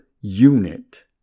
unit